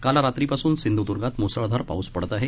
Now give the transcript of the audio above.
काल रात्री पासून सिंध्द्र्गात म्सळधार पाऊस पडतोय